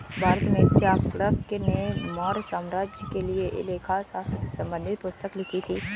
भारत में चाणक्य ने मौर्य साम्राज्य के लिए लेखा शास्त्र से संबंधित पुस्तक लिखी थी